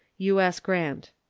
u s. grant.